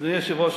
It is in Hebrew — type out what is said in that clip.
אדוני היושב-ראש,